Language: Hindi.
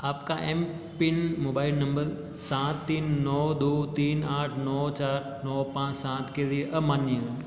आपका एम पिन मोबाइल नंबर सात तीन नौ दो तीन आठ नौ चार नौ पाँच सात के लिए अमान्य